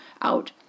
out